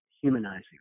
humanizing